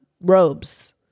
robes